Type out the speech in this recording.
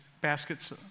baskets